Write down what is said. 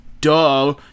duh